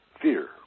fear